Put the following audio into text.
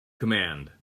command